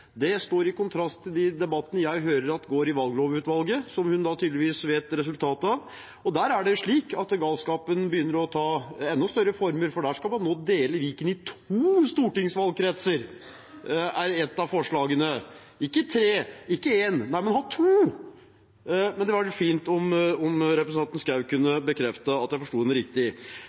Det står i kontrast til de debattene jeg hører går i valglovutvalget, som hun tydeligvis vet resultatet av. Der er det slik at galskapen begynner å ta enda større form, for der skal man dele Viken i to stortingsvalgkretser – er ett av forslagene – ikke tre eller i én, nei, man vil ha to. Det hadde vært fint om representanten Schou kunne bekrefte at jeg har forstått henne riktig.